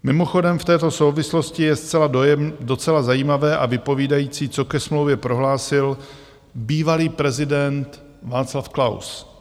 Mimochodem v této souvislosti je docela zajímavé a vypovídající, co ke smlouvě prohlásil bývalý prezident Václav Klaus.